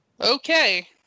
okay